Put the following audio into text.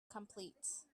complete